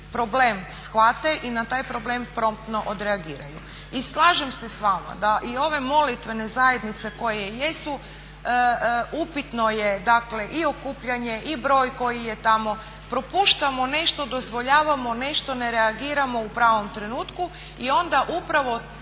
problem shvate i na taj problem promptno odreagiraju. I slažem se s vama da i ove molitvene zajednice koje jesu, upitno je dakle i okupljanje i broj koji je tamo, propuštamo nešto, dozvoljavamo nešto, ne reagiramo u pravom trenutku i onda upravo